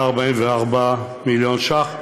144 מיליון ש"ח,